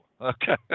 okay